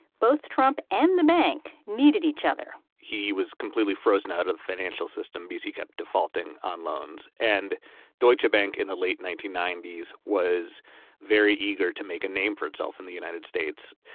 both trump and the bank needed each other he was completely frozen out of the financial system because he kept defaulting on loans. and deutsche bank, in the late nineteen ninety s, was very eager to make a name for itself in the united states.